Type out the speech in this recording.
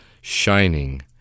shining